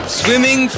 swimming